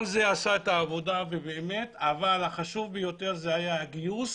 כל זה עשה את העבודה אבל החשוב ביותר היה הגיוס.